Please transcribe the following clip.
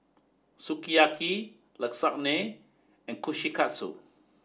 Sukiyaki Lasagne and Kushikatsu